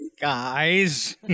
guys